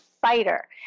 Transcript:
fighter